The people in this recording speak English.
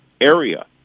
area